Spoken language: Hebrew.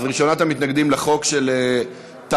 אז ראשונת המתנגדים לחוק של טלי,